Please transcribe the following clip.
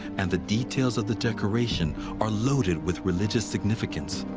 and the details of the decoration are loaded with religious significance.